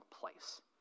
place